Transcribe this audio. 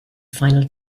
final